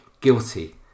guilty